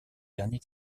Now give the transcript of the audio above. dernier